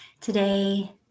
today